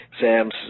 Sam's